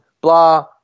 Blah